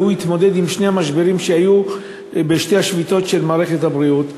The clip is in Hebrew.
והוא התמודד עם שני משברים שהיו בשתי השביתות של מערכת הבריאות,